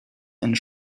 and